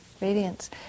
radiance